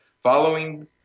following